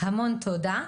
המון תודה.